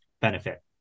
benefit